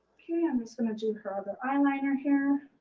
kay, i'm just gonna do her other eyeliner here.